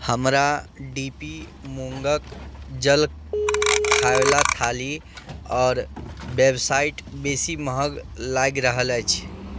हमरा D P मूँगके जलखैवला थाली आओर वेबसाइट बेसी महग लागि रहल अछि